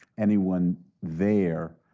anyone there